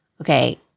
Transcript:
Okay